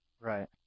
Right